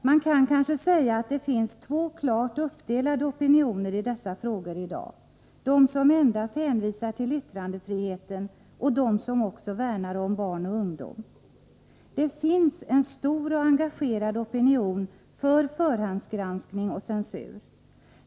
Man kan kanske säga, att det finns två klart uppdelade opinioner i dessa frågor i dag: de som endast hänvisar till yttrandefriheten och de som också värnar om barn och ungdom. Det finns en stor och engagerad opinion för förhandsgranskning och censur.